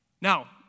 Now